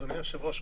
אדוני היושב-ראש,